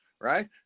right